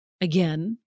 again